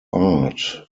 art